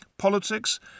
politics